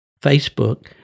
Facebook